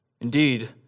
Indeed